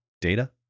data